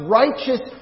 righteous